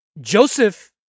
Joseph